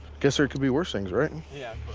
guess there could be worse things, right? yeah.